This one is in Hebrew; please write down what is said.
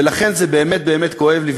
ולכן זה באמת באמת כואב לי.